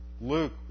Luke